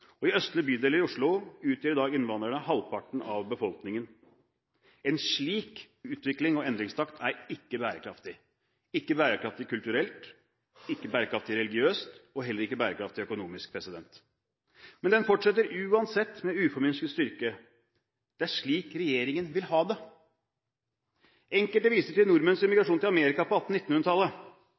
tiår. I østre bydeler i Oslo utgjør i dag innvandrerne halvparten av befolkningen. En slik utvikling og endringstakt er ikke bærekraftig – ikke bærekraftig kulturelt, ikke bærekraftig religiøst og heller ikke bærekraftig økonomisk. Men den fortsetter uansett med uforminsket styrke. Det er slik regjeringen vil ha det. Enkelte viser til nordmenns emigrasjon til Amerika på